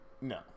no